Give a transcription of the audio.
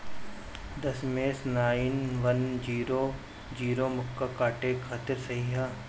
दशमेश nine one zero zero मक्का काटे खातिर सही ह?